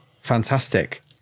Fantastic